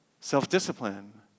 Self-discipline